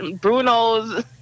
Bruno's